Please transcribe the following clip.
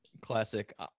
Classic